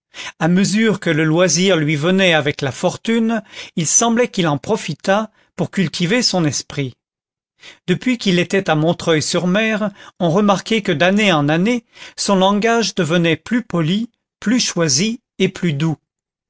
à mesure que le loisir lui venait avec la fortune il semblait qu'il en profitât pour cultiver son esprit depuis qu'il était à montreuil sur mer on remarquait que d'année en année son langage devenait plus poli plus choisi et plus doux